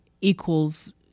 equals